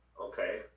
Okay